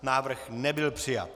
Návrh nebyl přijat.